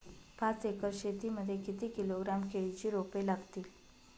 पाच एकर शेती मध्ये किती किलोग्रॅम केळीची रोपे लागतील?